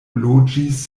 loĝis